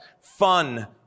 fun